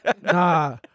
Nah